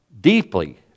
deeply